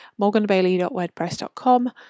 morganbailey.wordpress.com